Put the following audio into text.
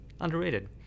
underrated